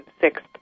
sixth